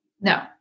No